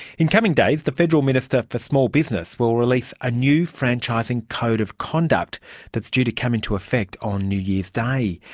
in coming days the federal minister for small business will release a new franchising code of conduct that's due to come into effect on new year's day.